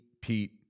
Pete